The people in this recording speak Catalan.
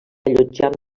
allotjar